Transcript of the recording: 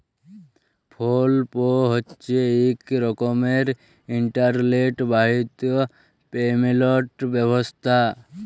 ফোল pay হছে ইক রকমের ইলটারলেট বাহিত পেমেলট ব্যবস্থা